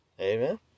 Amen